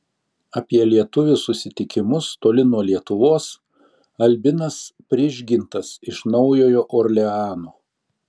apie lietuvių susitikimus toli nuo lietuvos albinas prižgintas iš naujojo orleano